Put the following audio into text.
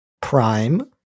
prime